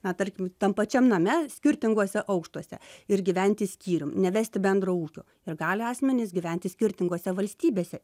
na tarkim tam pačiam name skirtinguose aukštuose ir gyventi skyrium nevesti bendro ūkio ir gali asmenys gyventi skirtingose valstybėse